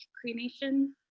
cremation